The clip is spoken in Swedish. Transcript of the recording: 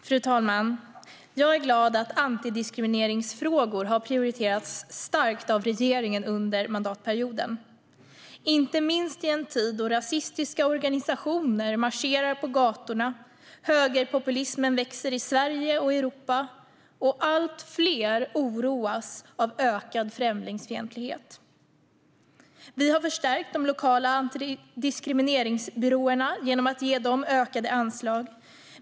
Fru talman! Jag är glad att antidiskrimineringsfrågor har prioriterats starkt av regeringen under mandatperioden, inte minst i en tid då rasistiska organisationer marscherar på gatorna, högerpopulismen växer i Sverige och Europa och allt fler oroas av ökad främlingsfientlighet. Vi har förstärkt de lokala antidiskrimineringsbyråerna genom att ge dem ökade anslag.